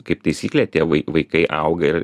kaip taisyklė tėvai vaikai auga ir